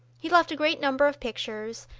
he left a great number of pictures,